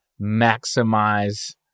maximize